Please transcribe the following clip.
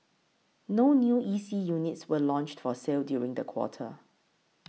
no new E C units were launched for sale during the quarter